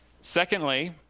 Secondly